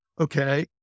Okay